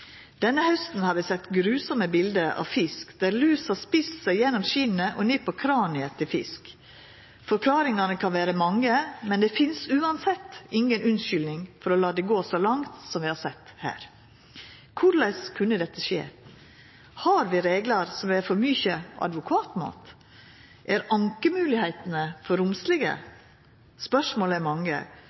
Denne hausten har vi sett gruelege bilde av fisk der lus har ete seg gjennom skinnet og ned på kraniet til fisken. Forklaringane kan vera mange, men det finst uansett inga unnskyldning for å la det gå så langt som vi har sett her. Korleis kunne dette skje? Har vi reglar som er for mykje advokatmat? Er ankemoglegheitene for romslige? Spørsmåla er mange,